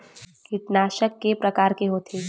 कीटनाशक के प्रकार के होथे?